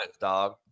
dog